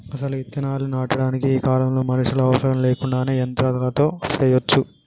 అసలు ఇత్తనాలు నాటటానికి ఈ కాలంలో మనుషులు అవసరం లేకుండానే యంత్రాలతో సెయ్యచ్చు